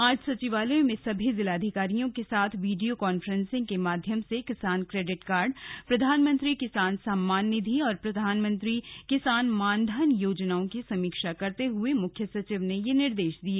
आज सचिवालय में सभी जिलाधिकारियों के साथ वीडियो कॉफ्रेंसिंग के माध्यम से किसान क्रेडिट कार्ड प्रधानमंत्री किसान सम्मान निधि और प्रधानमंत्री किसान मानधन योजनाओं की समीक्षा करते हुए मुख्य सचिव ने यह आदेश दिए